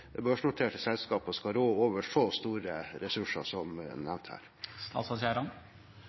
børsnoterte selskaper skal rå over så store ressurser som er nevnt her?